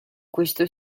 questo